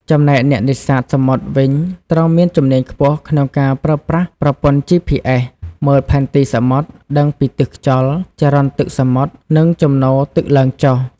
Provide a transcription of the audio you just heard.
ចំណែកអ្នកនេសាទសមុទ្រវិញ ត្រូវមានជំនាញខ្ពស់ក្នុងការប្រើប្រាស់ប្រព័ន្ធ GPS មើលផែនទីសមុទ្រ ដឹងពីទិសខ្យល់ ចរន្តទឹកសមុទ្រ និងជំនោរទឹកឡើងចុះ។